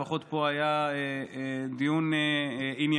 לפחות פה היה דיון ענייני,